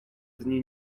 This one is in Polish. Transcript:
dni